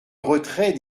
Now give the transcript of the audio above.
retrait